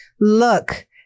Look